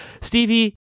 Stevie